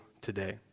today